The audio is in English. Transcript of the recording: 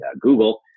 Google